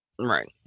right